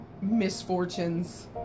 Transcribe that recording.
misfortunes